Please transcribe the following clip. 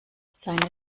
seine